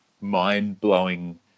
mind-blowing